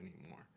anymore